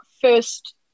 first